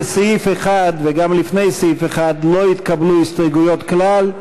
לסעיף 1 וגם לפני סעיף 1 לא התקבלו הסתייגויות כלל.